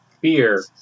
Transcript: beer